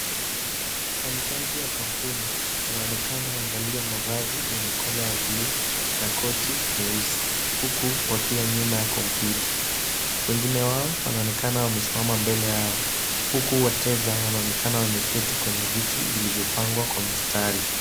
Mfanyikazi wa kampuni anaonekana amevalia mavazi yenye kola ya buluu na koti nyeusi huku wakiwa nyuma ya kompyuta. Wengine wao wanaonekana wamesimama mbele yao huku wateja wanaonekana wameketi kwenye viti vilivyopangwa kwa mistari.